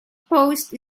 post